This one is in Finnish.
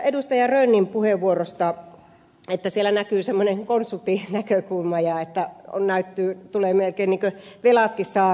rönnin puheenvuorosta että siellä näkyy semmoinen konsulttinäkökulma ja että tulee melkein velatkin saamisiksi